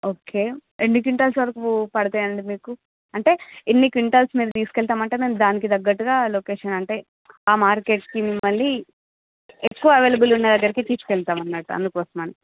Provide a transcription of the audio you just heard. okay ఎన్ని quintal సరుకు పడతాయండి మీకు అంటే ఇన్ని క్వింటాల్స్ మేము తీసుకెళ్తామంటే మేం దానికి తగ్గట్టుగా లోకేషన్ అంటే ఆ మార్కెట్ కి మిమ్మల్ని ఎక్కువ అవైలబుల్ గా ఉన్న దగ్గరికి తీసుకెళ్తామన్నట్టు అందుకోసమని